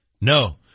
No